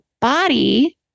body